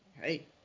Hey